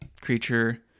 creature